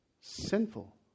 sinful